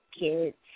kids